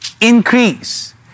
Increase